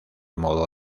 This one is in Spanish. modo